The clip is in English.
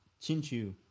Chinchu